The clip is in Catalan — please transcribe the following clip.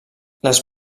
les